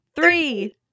Three